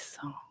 song